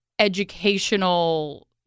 educational